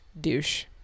Douche